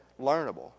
learnable